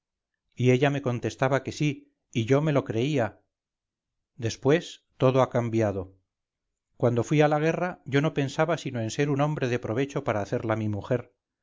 y ella me contestaba que sí y yo me lo creía despuéstodo ha cambiado cuando fui a la guerra yo no pensaba sino en ser un hombre de provecho para hacerla mi mujer